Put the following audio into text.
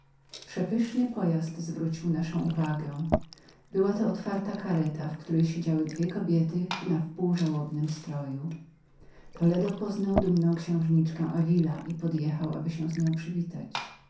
przepyszny pojazd zwrócił naszą uwagę była to otwarta kareta w której siedziały dwie kobiety w napół żałobnym stroju toledo poznał dumną księżnę davila i podjechał aby się z nią przywitać